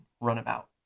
runabout